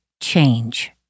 change